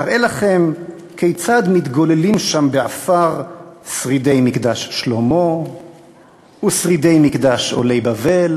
אראה לכם כיצד מתגוללים שם בעפר שרידי מקדש שלמה ושרידי מקדש עולי בבל.